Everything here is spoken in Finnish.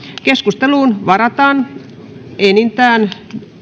keskusteluun varataan aikaa enintään